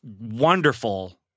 wonderful